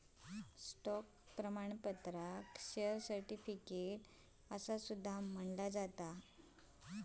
stock प्रमाणपत्राक share certificate असा सुद्धा म्हणतत